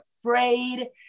afraid